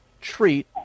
treat